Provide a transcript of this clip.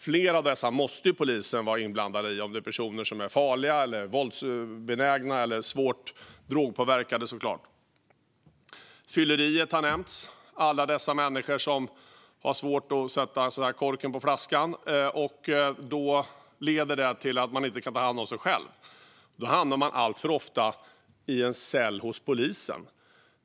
Flera av dessa måste ju polisen vara inblandad i, om det rör sig om personer som är farliga, våldsbenägna eller svårt drogpåverkade. Fylleriet har nämnts - alla dessa människor som har svårt att sätta korken i flaskan. Det leder till att människor inte kan ta hand om sig själva, och då hamnar de alltför ofta i en cell hos polisen.